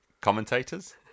commentators